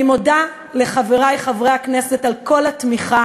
אני מודה לחברי חברי הכנסת על כל התמיכה